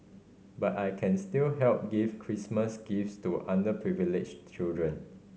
but I can still help give Christmas gifts to underprivileged children